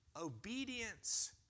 obedience